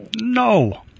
No